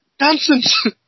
nonsense